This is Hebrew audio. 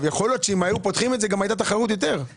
יכול להיות שאם היו פותחים את זה גם הייתה תחרות יותר,